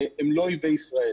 הם לא אויבי ישראל.